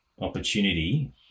opportunity